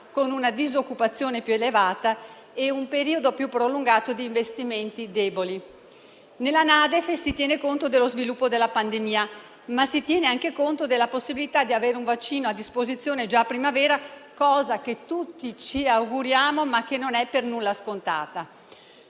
con una disoccupazione più elevata e un periodo più prolungato di investimenti deboli. Nella NADEF si tiene conto dello sviluppo della pandemia, ma si tiene anche conto della possibilità di avere un vaccino a disposizione già in primavera, cosa che tutti ci auguriamo ma che non è per nulla scontata.